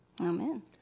Amen